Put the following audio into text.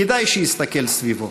כדאי שיסתכל סביבו: